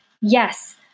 Yes